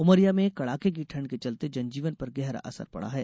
उमरिया में कडाके की ठंड के चलते जनजीवन पर गहरा असर पड़ा है